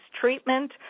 treatment